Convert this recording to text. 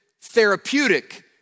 therapeutic